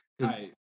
Right